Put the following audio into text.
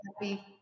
happy